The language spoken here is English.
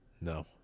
No